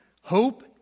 Hope